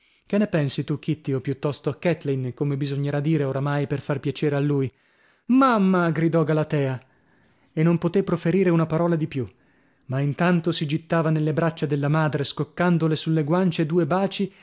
che ne pensi tu kitty o piuttosto kathleen come bisognerà dire oramai per far piacere a lui mamma gridò galatea e non potè proferire una parola di più ma intanto si gittava nelle braccia della madre scoccandole sulle guance due baci